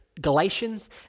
Galatians